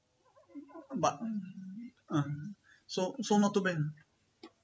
but uh so so not too bad